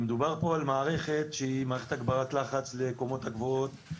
מדובר פה על מערכת שהיא מערכת הגברת לחץ לקומות הגבוהות,